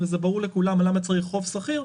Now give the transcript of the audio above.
וזה ברור לכולם למה צריך חוב סחיר.